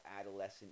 adolescent